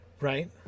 right